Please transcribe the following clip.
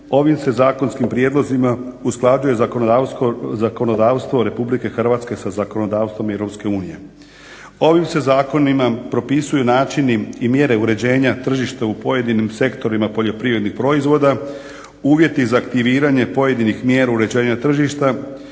ovim se zakonskim prijedlozima usklađuje zakonodavstvo Republike Hrvatske sa zakonodavstvom EU. Ovim se zakonima propisuju načini i mjere uređenja tržišta u pojedinim sektorima poljoprivrednih proizvoda, uvjeti za aktiviranje pojedinih mjera uređenja tržišta,